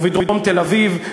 בדרום תל-אביב,